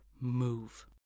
move